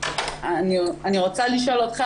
אני רוצה לשאול אותך,